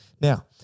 Now